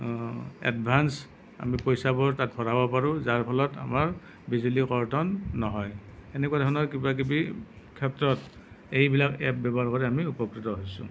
advance আমি পইচাবোৰ তাত ভৰাব পাৰোঁ যাৰ ফলত আমাৰ বিজুলীৰ কৰ্তন নহয় এনেকুৱা ধৰণৰ কিবা কিবি ক্ষেত্ৰত এইবিলাক এপ ব্যৱহাৰ কৰি আমি উপকৃত হৈছোঁ